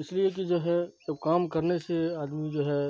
اس لیے کہ جو ہے جب کام کرنے سے آدمی جو ہے